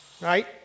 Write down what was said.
Right